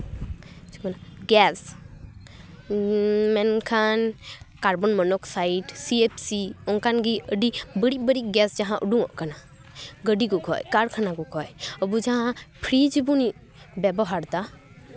gas ᱢᱮᱱᱠᱷᱟᱱ carbon monoxide C F C ᱚᱱᱠᱟᱱ ᱜᱮ ᱵᱟᱹᱲᱤᱡ ᱵᱟᱹᱲᱤᱡ ᱜᱮᱥ ᱡᱟᱦᱟᱸ ᱩᱰᱩᱠᱚᱜ ᱠᱟᱱᱟ ᱠᱟᱨᱠᱷᱟᱱᱟ ᱠᱚ ᱠᱷᱚᱡ ᱟᱵᱚ ᱡᱟᱦᱟᱸ ᱯᱷᱨᱤᱡᱽ ᱵᱚᱱ ᱵᱮᱵᱚᱦᱟᱨᱫᱟ